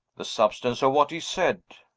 the substance of what he said,